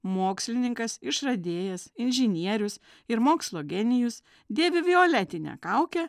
mokslininkas išradėjas inžinierius ir mokslo genijus dėvi violetinę kaukę